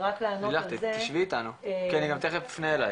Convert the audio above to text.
רק לענות על זה --- לילך תשבי אתנו תכף אפנה אלייך.